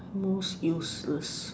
most useless